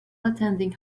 attending